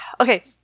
okay